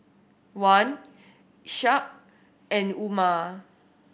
Wan Ishak and Umar